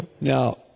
Now